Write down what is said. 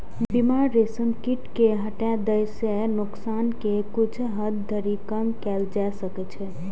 बीमार रेशम कीट कें हटा दै सं नोकसान कें किछु हद धरि कम कैल जा सकै छै